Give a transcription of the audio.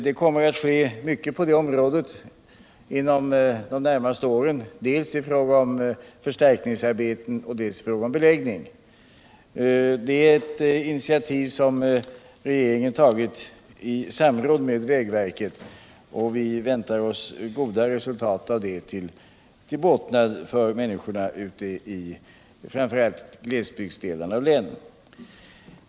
Det kommer att ske mycket på det området inom de närmaste åren, dels i fråga om förstärkningsarbeten, dels i fråga om beläggning. Det är ett initiativ som regeringen tagit i samråd med vägverket, och vi väntar oss goda resultat av det till båtnad för människorna framför allt ute i glesbygderna i länet.